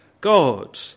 God